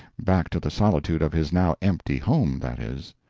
back to the solitude of his now empty home, that is!